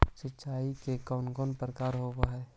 सिंचाई के कौन कौन प्रकार होव हइ?